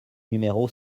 numéro